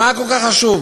מה כל כך חשוב?